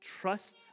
trust